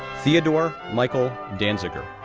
theodore michael danziger,